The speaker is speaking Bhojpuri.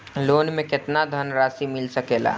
लोन मे केतना धनराशी मिल सकेला?